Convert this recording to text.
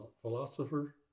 philosopher